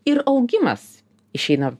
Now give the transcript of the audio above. ir augimas išeina